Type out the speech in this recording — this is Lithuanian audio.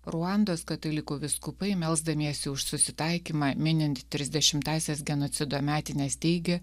ruandos katalikų vyskupai melsdamiesi už susitaikymą minint trisdešimtąsias genocido metines teigia